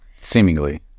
Seemingly